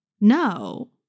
No